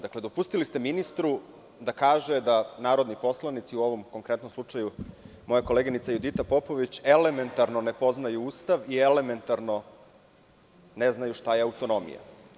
Dakle, dopustili ste ministru da kaže da narodni poslanici, u ovom konkretnom slučaju moja koleginica Judita Popović, elementarno ne poznaje Ustav i elementarno ne zna šta je autonomija.